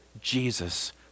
Jesus